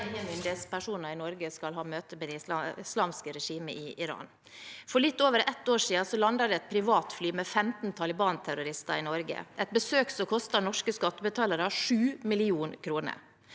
ingen myndighetspersoner i Norge skal ha møter med det islamske regimet i Iran. For litt over et år siden landet det et privatfly med 15 Taliban-terrorister i Norge. Det var et besøk som kostet norske skattebetalere 7 mill. kr.